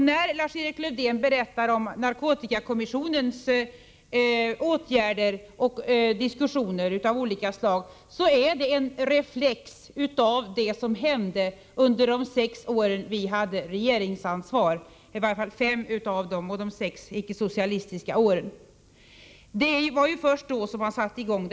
När Lars-Erik Lövdén berättar om narkotikakommissionens åtgärder och diskussioner av olika slag, är det en reflex av det som hände under de sex icke-socialistiska åren — i varje fall under fem av dem. Det var först då som arbetet satte i gång.